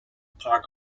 part